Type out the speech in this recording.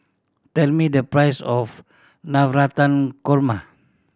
tell me the price of Navratan Korma